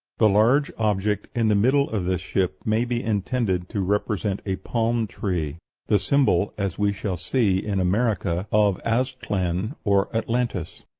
the large object in the middle of this ship may be intended to represent a palm-tree the symbol, as we shall see, in america, of aztlan, or atlantis.